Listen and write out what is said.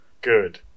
good